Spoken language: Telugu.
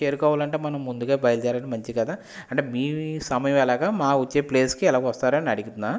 చేరుకోవాలి అంటే మనం ముందుగా బయలుదేడం మంచిది కదా అంటే మీ సమయం ఎలాగ మా వచ్చే ప్లేస్కి ఎలాగ వస్తారని అడుగుతున్నాను